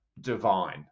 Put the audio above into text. divine